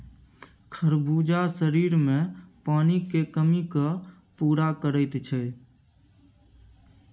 खरबूजा शरीरमे पानिक कमीकेँ पूरा करैत छै